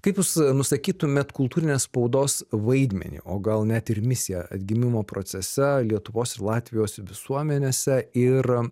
kaip jūs nusakytumėt kultūrinės spaudos vaidmenį o gal net ir misiją atgimimo procese lietuvos ir latvijos visuomenėse ir